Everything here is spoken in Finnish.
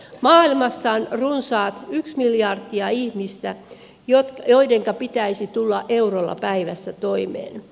maailmassa on runsaat yksi miljardi ihmistä joidenka pitäisi tulla eurolla päivässä toimeen